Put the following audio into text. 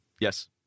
Yes